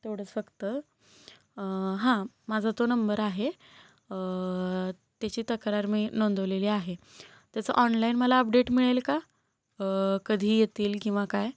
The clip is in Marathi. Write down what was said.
तेवढंच फक्त हां माझा तो नंबर आहे त्याची तक्रार मी नोंदवलेली आहे त्याचं ऑनलाईन मला अपडेट मिळेल का कधी येतील किंवा काय